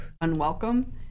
unwelcome